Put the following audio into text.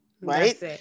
right